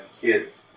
kids